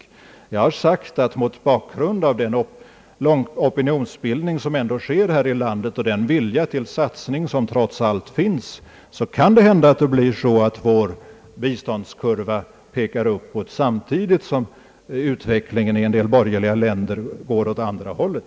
Vad jag framhållit är att det mot bakgrunden av den opinionsbildning som ändå förekommer i vårt land och den vilja till satsning som där trots allt finns kan inträffa att vår biståndskurva kommer att peka uppåt samtidigt som utvecklingen på detta område i en del borgerliga länder går åt det andra hållet.